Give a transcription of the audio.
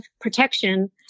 protection